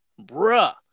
Bruh